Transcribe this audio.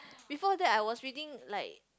before that I was reading like